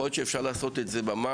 יכול להיות שאפשר לעשות את זה נקודתית,